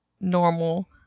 normal